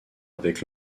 avec